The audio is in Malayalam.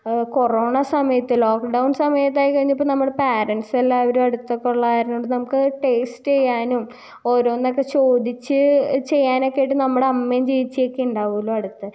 കൊറോണ സമയത്ത് ലോക്ക്ഡൗൺ സമയത്തായി കൈഞ്ഞപ്പ നമ്മുടെ പാരൻസ് എല്ലാവരും അടുത്തൊക്കെയുള്ളത് കാരണം നമത് ടേയ്സ്റ് ചെയ്യാനും ഒരോന്നൊക്കെ ചോദിച്ച് ചെയ്യാനക്കെയായ്ട്ട് നമ്മുടെ അമ്മയും ചേച്ചിയൊക്കെ ഉണ്ടാവൂലോ അടുത്ത്